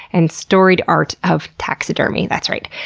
and storied art of taxidermy. that's right,